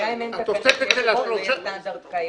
עדיין אין תקנות; אין סטנדרט קיים.